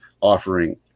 offering